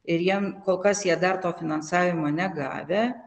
ir jam kol kas jie dar to finansavimo negavę